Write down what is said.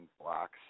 blocks